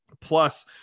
Plus